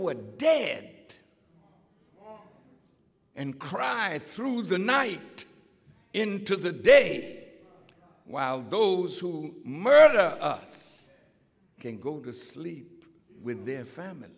our dead and crying through the night into the day while those who murder us can go to sleep with their families